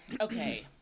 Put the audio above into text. okay